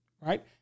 right